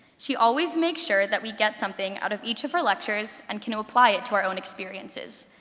she always makes sure that we get something out of each of her lectures, and can apply it to our own experiences.